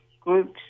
groups